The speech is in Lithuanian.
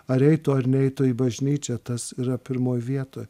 ar eitų ar neitų į bažnyčią tas yra pirmoj vietoj